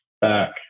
back